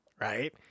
right